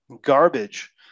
garbage